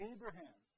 Abraham